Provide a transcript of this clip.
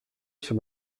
sur